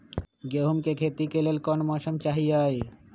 गेंहू के खेती के लेल कोन मौसम चाही अई?